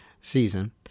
season